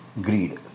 greed